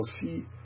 see